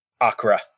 Akra